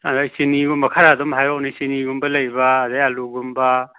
ꯑꯗꯩ ꯆꯤꯅꯤꯒꯨꯝꯕ ꯈꯔ ꯑꯗꯨꯝ ꯍꯥꯏꯔꯛꯎꯅꯦ ꯆꯤꯅꯤꯒꯨꯝꯕ ꯂꯩꯕ ꯑꯗꯩ ꯑꯂꯨꯒꯨꯝꯕ